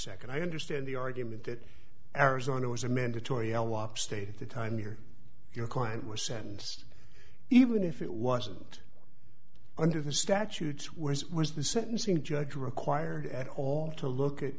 second i understand the argument that arizona was a mandatory l wop state at the time your your client was sentenced even if it wasn't under the statutes where is was the sentencing judge required at all to look at